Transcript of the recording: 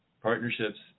partnerships